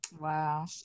Wow